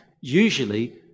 usually